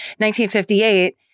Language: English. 1958